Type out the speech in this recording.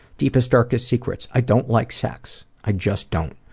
deepest, darkest secrets. i don't like sex. i just don't.